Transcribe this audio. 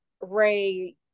Ray